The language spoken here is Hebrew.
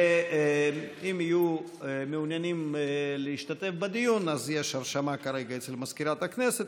ותוכן לקריאה שנייה ושלישית במסגרת ועדת העבודה,